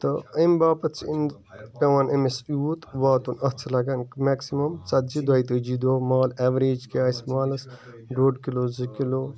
تہٕ اَمہِ باپَتھ چھِ اَمہِ پیٚوان أمِس یوٗت واتُن اَتھ چھِ لَگان میٚکسِمَم ژَتجی دۄیہِ تٲجی دۄہ مال ایٚوریج کیٛاہ آسہِ مالَس ڈۄڈ کِلوٗ زٕ کِلوٗ